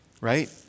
right